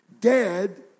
Dead